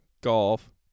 Golf